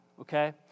okay